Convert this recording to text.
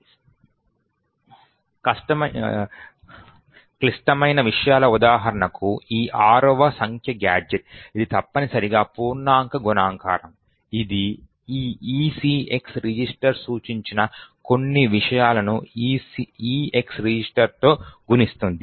ఇష్టమైన విషయాల ఉదాహరణకు ఈ 6వ సంఖ్య గాడ్జెట్ ఇది తప్పనిసరిగా పూర్ణాంక గుణకారం ఇది ఈ ECX రిజిస్టర్ సూచించిన కొన్ని విషయాలను EX రిజిస్టర్తో గుణిస్తుంది